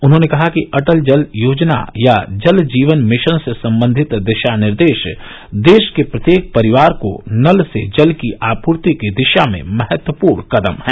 उन्होंने कहा कि अटल जल योजना या जल जीवन मिशन से संबंधित दिशा निर्देश देश के प्रत्येक परिवार को नल से जल की आपूर्ति की दिशा में महत्वपूर्ण कदम हैं